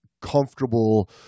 comfortable